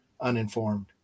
uninformed